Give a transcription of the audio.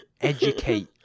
Educate